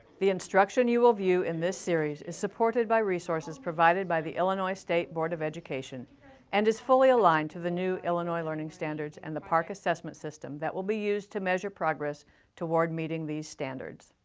the instruction you will view in this series is supported by resources provided by the illinois state board of education and is fully aligned to the new illinois learning standards and the parcc assessment system that will be used to measure progress toward meeting these standards.